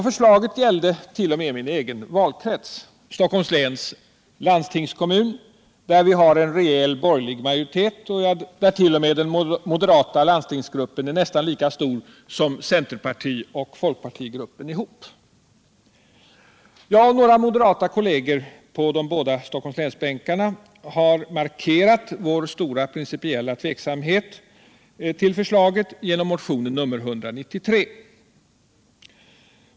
Förslaget gällde t.o.m. min egen valkrets, Stockholms läns landstingskommun, där vi har en rejäl borgerlig majoritet och där den moderata landstingsgruppen är nästan lika stor som centerpartioch folkpartigrupperna ihop. Jag och några moderata kolleger på de båda Stockholmslänsbänkarna har genom motionen 193 markerat vår stora principiella tvekan när det gäller förslaget.